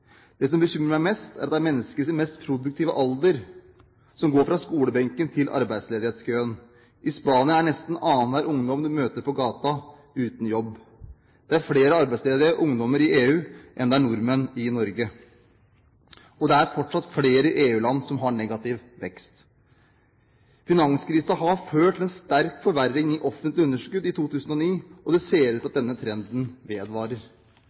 Det som bekymrer meg mest, er at det er mennesker i sin mest produktive alder som går fra skolebenken til arbeidsledighetskøen. I Spania er nesten annenhver ungdom du møter på gata, uten jobb. Det er flere arbeidsledige ungdommer i EU enn det er nordmenn i Norge, og det er fortsatt flere EU-land som har negativ vekst. Finanskrisen har ført til en sterk forverring i offentlige underskudd i 2009, og det ser ut til at denne trenden vedvarer.